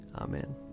Amen